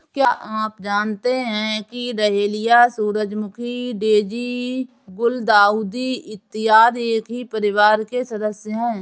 क्या आप जानते हैं कि डहेलिया, सूरजमुखी, डेजी, गुलदाउदी इत्यादि एक ही परिवार के सदस्य हैं